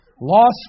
Lost